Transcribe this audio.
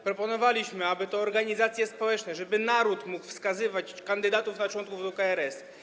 Proponowaliśmy, aby to organizacje społeczne - naród - mogły wskazywać kandydatów na członków KRS.